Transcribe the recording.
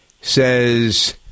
says